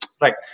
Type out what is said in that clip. right